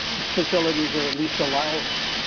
facilities are at least allowable.